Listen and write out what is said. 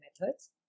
methods